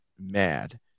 mad